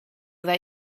that